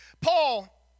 Paul